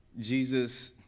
Jesus